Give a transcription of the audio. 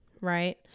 right